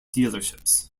dealerships